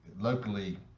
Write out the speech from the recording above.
locally